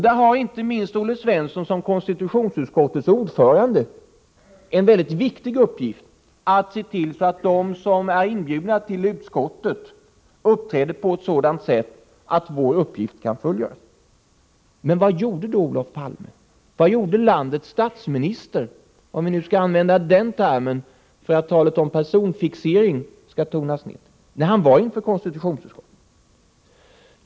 Då har inte minst Olle Svensson som konstitutionsutskottets ordförande en viktig uppgift att se till att de som inbjuds till konstitutionsutskottet uppträder på ett sådant sätt att vår uppgift kan fullgörs. Men vad gjorde Olof Palme — landets statsminister, om vi nu skall använda den termen för att talet om personfixering skall tonas ned — när han var inför konstitutionsutskottet?